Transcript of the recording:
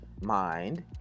mind